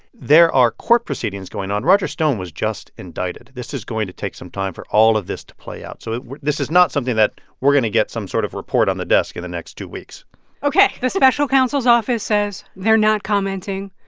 there are court proceedings going on. roger stone was just indicted. this is going to take some time for all of this to play out. so this is not something that we're going to get some sort of report on the desk in the next two weeks ok. the special counsel's office says they're not commenting.